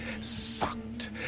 sucked